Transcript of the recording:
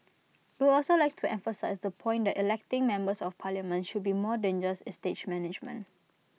we would also like to emphasise the point that electing members of parliament should be more than just estate management